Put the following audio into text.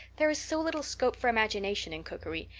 there's so little scope for imagination in cookery.